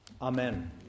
Amen